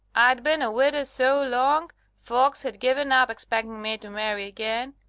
i'd been a widder so long folks had given up expecting me to marry again.